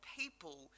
people